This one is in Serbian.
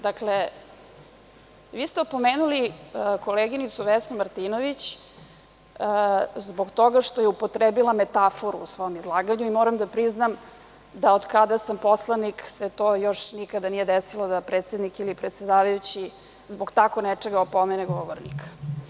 Dakle, vi ste opomenuli koleginicu Vesnu Martinović zbog toga što je upotrebila metaforu u svom izlaganju i moram da priznam da od kada sam poslanik se to još nikada nije desilo da predsednik ili predavajući zbog tako nečega opomene govornika.